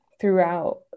throughout